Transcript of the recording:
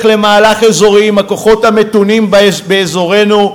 למהלך אזורי עם הכוחות המתונים באזורנו,